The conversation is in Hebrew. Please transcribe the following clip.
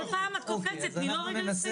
כל פעם את קופצת, תני לו רגע לסיים.